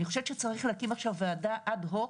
אני חושבת שצריך להקים עכשיו ועדה אד הוק,